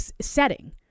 setting